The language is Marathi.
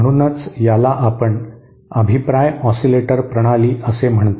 म्हणूनच याला आपण अभिप्राय ऑसिलेटर प्रणाली असे म्हणतो